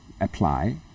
apply